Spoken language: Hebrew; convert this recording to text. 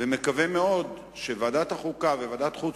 ומקווה מאוד שוועדת החוקה וועדת החוץ